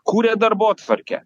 kūrė darbotvarkę